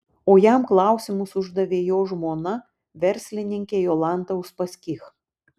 o jam klausimus uždavė jo žmona verslininkė jolanta uspaskich